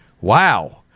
wow